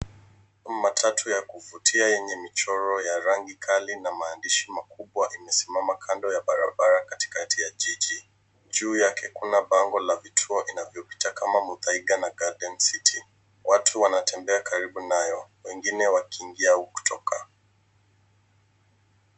Matatu ya kuvutia yenye michoro ya rangi kali na maandishi makubwa imesimama kando ya barabara katikati ya jiji. Juu yake kuna bango la vituo inavyopita kama Muthaiga na Garden City. Watu wanatembea karibu nayo, wengine wakiingia au kutoka.